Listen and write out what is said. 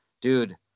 dude